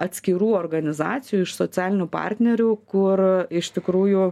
atskirų organizacijų iš socialinių partnerių kur iš tikrųjų